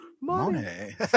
Monet